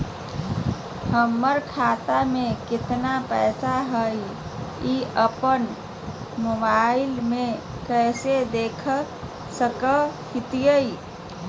हमर खाता में केतना पैसा हई, ई अपन मोबाईल में कैसे देख सके हियई?